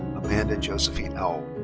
amanda josephine aull.